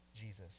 Jesus